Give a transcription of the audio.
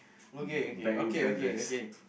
okay okay okay okay okay